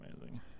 amazing